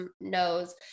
knows